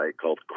called